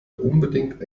unbedingt